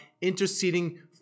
interceding